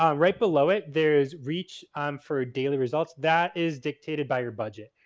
ah right below it there's reach for daily results. that is dictated by your budget.